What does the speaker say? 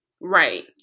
Right